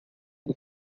and